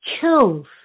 kills